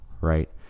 right